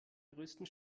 größten